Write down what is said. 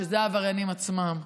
שזה העבריינים עצמם,